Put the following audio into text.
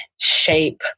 shape